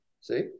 See